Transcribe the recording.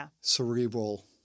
cerebral